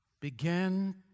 began